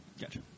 gotcha